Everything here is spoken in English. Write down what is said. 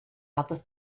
other